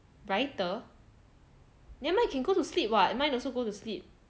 brighter never mind can go to sleep what mine also go to sleep